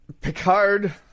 Picard